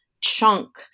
chunk